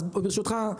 ברשותך,